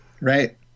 right